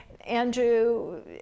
Andrew